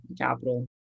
capital